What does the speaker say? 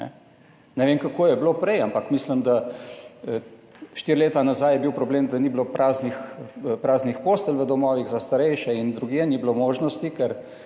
Ne vem, kako je bilo prej, ampak mislim, da štiri leta nazaj je bil problem, da ni bilo praznih postelj v domovih za starejše in drugje, ni bilo možnosti,